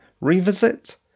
revisit